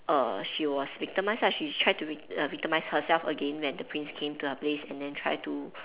err she was victimised lah she tried to vic~ err victimise herself again when the prince came to her place and then try to